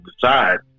decide